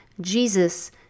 Jesus